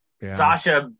Sasha